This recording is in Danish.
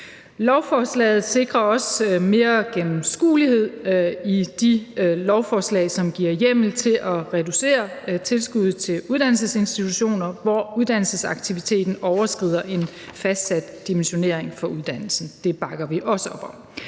Lovforslaget sikrer også mere gennemskuelighed i de forslag, som giver hjemmel til at reducere tilskuddet til uddannelsesinstitutioner, hvor uddannelsesaktiviteten overskrider en fastsat dimensionering for uddannelsen. Det bakker vi også op om.